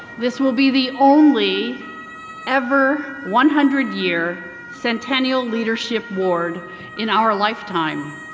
this will be the only ever one hundred year centennial leadership award in our lifetime.